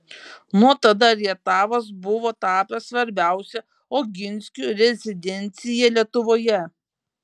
nuo tada rietavas buvo tapęs svarbiausia oginskių rezidencija lietuvoje